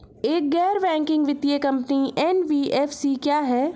एक गैर बैंकिंग वित्तीय कंपनी एन.बी.एफ.सी क्या है?